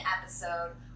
episode